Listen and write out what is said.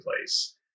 place